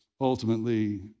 ultimately